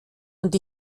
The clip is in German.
und